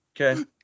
Okay